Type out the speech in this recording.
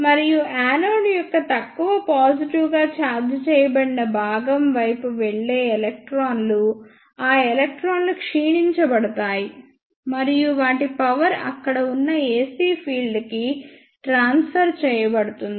మరియు యానోడ్ యొక్క తక్కువ పాజిటివ్ గా చార్జ్ చేయబడిన భాగం వైపు వెళ్ళే ఎలక్ట్రాన్లు ఆ ఎలక్ట్రాన్లు క్షీణించబడతాయి మరియు వాటి పవర్ అక్కడ ఉన్న AC ఫీల్డ్ కి ట్రాన్స్ఫర్ చేయబడుతుంది